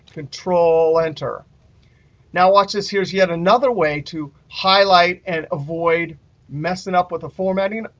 control-enter. now watch this. here's yet another way to highlight and avoid messing up with the formatting.